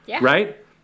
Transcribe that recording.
right